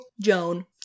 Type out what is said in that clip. Joan